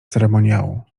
ceremoniału